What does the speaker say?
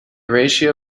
ratio